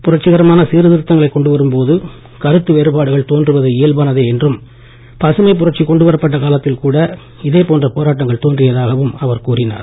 புரட்சிகரமான சீர்திருத்தங்களைக் கொண்டு வரும் போது கருத்து வேறுபாடுகள் தோன்றுவது இயல்பானதே என்றும் பசுமைப் புரட்சி கொண்டுவரப் பட்ட காலத்தில் கூட இதேபோன்ற போராட்டங்கள் தோன்றியதாகவும் அவர் கூறினார்